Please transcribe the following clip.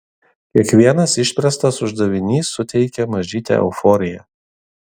kiekvienas išspręstas uždavinys suteikia mažytę euforiją